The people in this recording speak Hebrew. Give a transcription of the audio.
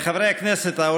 אחרי סעיף 10,